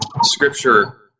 scripture